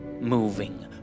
moving